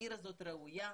העיר הזאת ראויה,